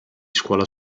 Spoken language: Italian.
scuola